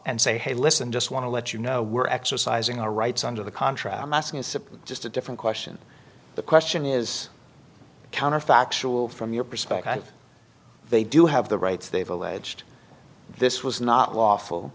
and say hey listen just want to let you know we're exercising our rights under the contract i'm asking is just a different question the question is counterfactual from your perspective they do have the rights they have alleged this was not lawful